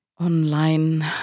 online